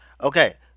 Okay